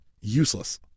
Useless